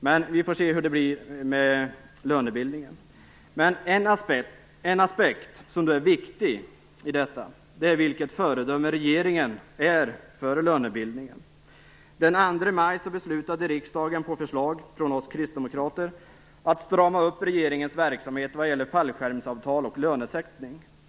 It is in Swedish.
Men vi får se hur det blir med lönebildningen. En aspekt som är viktig i detta sammanhang är vilket föredöme regeringen är för lönebildningen. Den 2 maj beslutade riksdagen på förslag från oss kristdemokrater att strama upp regeringens verksamhet vad gäller fallskärmsavtal och lönesättningen.